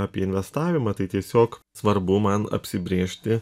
apie investavimą tai tiesiog svarbu man apsibrėžti